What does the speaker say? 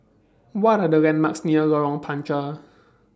What Are The landmarks near Lorong Panchar